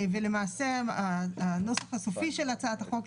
וצירף אליה הצהרה כאמור שהגיש ההורה השני למעסיקו.".